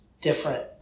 different